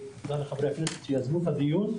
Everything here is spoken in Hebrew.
גם לחברי הכנסת שיזמו את הדיון.